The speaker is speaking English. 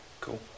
Cool